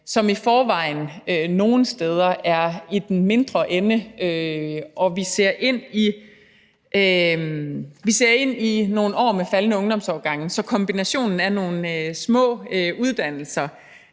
som i forvejen nogle steder er i den mindre ende, og vi ser ind i nogle år med faldende ungdomsårgange. Så i forhold til kombinationen af nogle små uddannelser